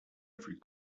every